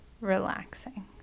relaxing